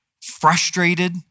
frustrated